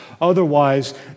Otherwise